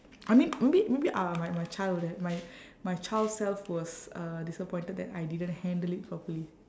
I mean maybe maybe uh my my child would ha~ my my child self was uh disappointed that I didn't handle it properly